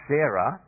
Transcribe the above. Sarah